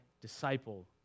disciple